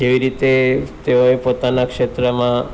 જેવી રીતે તેઓએ પોતાના ક્ષેત્રમાં